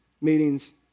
meetings